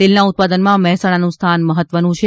તેલના ઉત્પાદનમાં મહેસાણાનું સ્થાન મહત્વનું છે